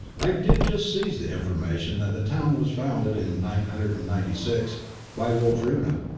i did just seize the information that the town was founded in nine hundred and ninety six by wulfruna,